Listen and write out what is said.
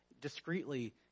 discreetly